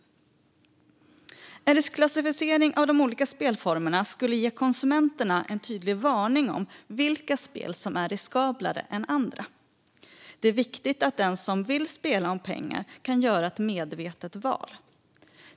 En riskklassificering av de olika spelformerna skulle ge konsumenterna en tydlig varning om vilka spel som är riskablare än andra. Det är viktigt att den som vill spela om pengar kan göra ett medvetet val.